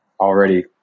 already